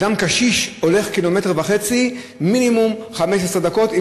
אדם קשיש הולך 1.5 קילומטר מינימום 15 דקות,